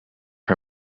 her